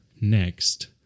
Next